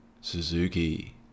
Suzuki